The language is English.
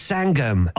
Sangam